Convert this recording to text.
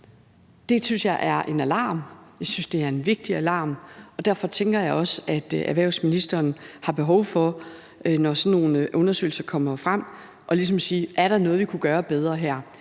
Det synes jeg er en alarm, og jeg synes, det er en vigtig alarm, og derfor tænker jeg også, at erhvervsministeren har behov for, når sådan nogle undersøgelser kommer frem, ligesom at sige: Er der noget, vi kunne gøre bedre her?